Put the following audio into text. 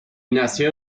nació